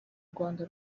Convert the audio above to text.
rwanda